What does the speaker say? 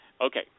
Okay